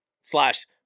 slash